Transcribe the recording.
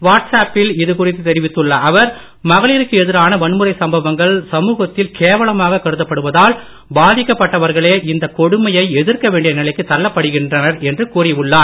watts அப்பில் இதுகுறித்து தெரிவித்துள்ள அவர் மகளிருக்கு எதிரான வன்முறை சம்பவங்கள் சமூகத்தில் கேவலமாக கருதப்படுவதால் பாதிக்கப்பட்டவர்களே இந்த கொடுமையை எதிர்க்க வேண்டிய நிலைக்கு தள்ளப்படுகின்றனர் என்று கூறி உள்ளார்